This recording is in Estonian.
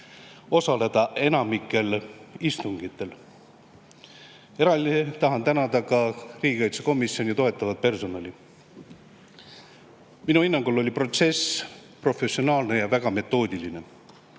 osaleda enamikul istungitel. Eraldi tahan tänada ka riigikaitsekomisjoni toetavat personali. Minu hinnangul oli protsess professionaalne ja väga metoodiline.